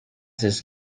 this